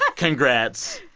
ah congrats.